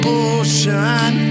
ocean